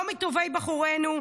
לא מטובי בחורינו,